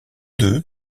deux